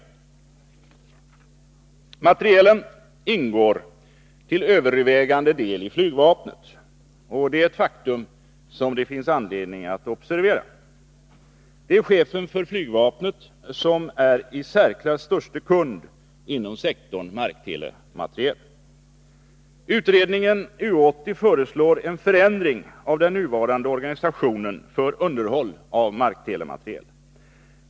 Materielen ingår till övervägande del i flygvapnet — det är ett faktum som det finns anledning att observera. Det är chefen för flygvapnet som är den i särklass största kunden inom sektorn marktelemateriel. Utredningen U 80 föreslår en förändring av den nuvarande organisationen för underhåll av marktelemateriel.